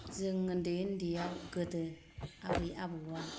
जों उन्दै उन्दैयाव गोदो आबै आबौआ